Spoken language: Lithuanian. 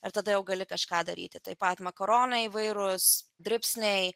ir tada jau gali kažką daryti taip pat makaronai įvairūs dribsniai